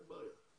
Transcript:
אין בעיה.